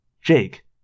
Jake